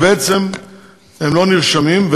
והם לא נרשמים,